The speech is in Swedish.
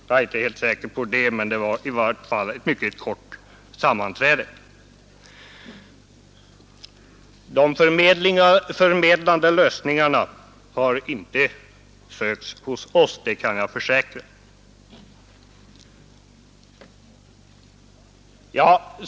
Jag är inte helt säker på det, men i varje fall var det ett mycket kort sammanträde. De förmedlande lösningarna har inte fötts hos oss, det kan jag försäkra!